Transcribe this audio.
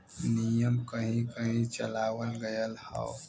नियम कहीं कही चलावल गएल हौ